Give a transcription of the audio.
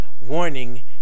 Warning